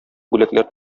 бүләкләр